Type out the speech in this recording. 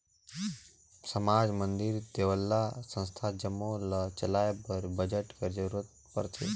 समाज, मंदिर, देवल्ला, संस्था जम्मो ल चलाए बर बजट कर जरूरत परथे